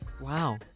Wow